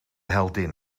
heldin